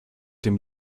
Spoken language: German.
dem